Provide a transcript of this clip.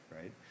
right